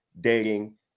dating